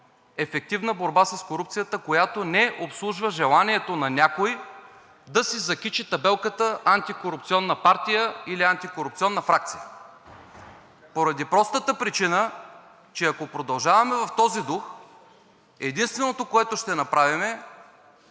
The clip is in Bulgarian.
ефективна борба с корупцията, която не обслужва желанието на някой да си закичи табелката антикорупционна партия или антикорупционна фракция, поради простата причина, че ако продължаваме в този дух, единственото, което ще направим, е